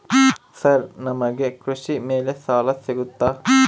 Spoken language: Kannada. ಸರ್ ನಮಗೆ ಕೃಷಿ ಮೇಲೆ ಸಾಲ ಸಿಗುತ್ತಾ?